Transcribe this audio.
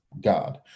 God